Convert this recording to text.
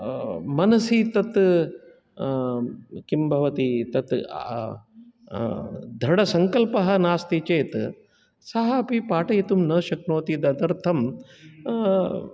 मनसि तत् किं भवति तत् दृढसङ्कल्पः नास्ति चेत् सः अपि पाठयितुं न शक्नोति तदर्थम्